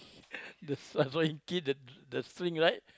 the the swing right